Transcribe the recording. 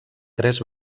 tres